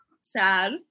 sad